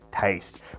taste